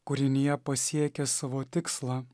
kūrinija pasiekia savo tikslą